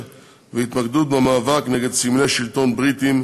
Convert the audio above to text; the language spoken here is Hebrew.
והתמקדות במאבק נגד סמלי שלטון בריטיים,